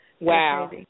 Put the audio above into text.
Wow